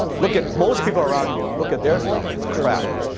look at most people around you. look at their stuff. it's crap.